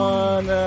one